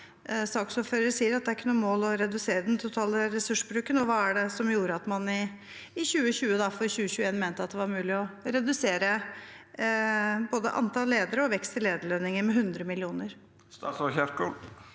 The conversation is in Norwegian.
saksordføreren sier om at det ikke er noe mål å redusere den totale ressursbru ken? Hva er det som gjorde at man i 2020 mente at det for 2021 var mulig å redusere både antallet ledere og vekst i lederlønninger med 100 mill. kr?